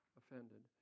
offended